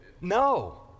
No